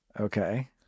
Okay